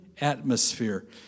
atmosphere